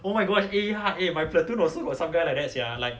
oh my god eh ya eh my platoon also got some guy like that's sia like